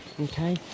okay